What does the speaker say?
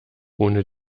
ohne